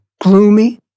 gloomy